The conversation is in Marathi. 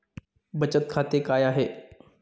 बचत खाते काय आहे?